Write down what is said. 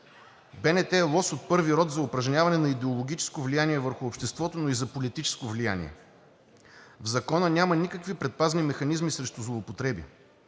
БНТ е лост от първи род за упражняване на идеологическо влияние върху обществото, но и за политическо влияние. В Закона няма никакви предпазни механизми срещу злоупотреби.